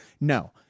No